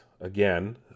again